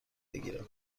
بگیرم